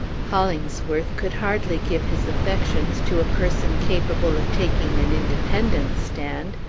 hollingsworth could hardly give his affections to a person capable of taking an independent stand,